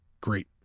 Great